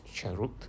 Charut